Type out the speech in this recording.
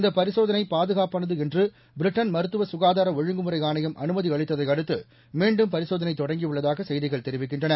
இந்த பரிசோதனை பாதுகாப்பானது என்று பிரிட்டன் மருத்துவ சுகாதார ஒழுங்குமுறை ஆணையம் அனுமதி அளித்ததை அடுத்து மீண்டும் பரிசோதனை தொடங்கியுள்ளதாக செய்திகள் தெரிவிக்கின்றன